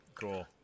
Cool